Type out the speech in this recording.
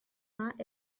not